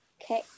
Okay